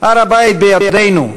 "הר-הבית בידינו",